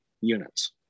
units